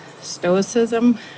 stoicism